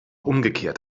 umgekehrt